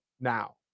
now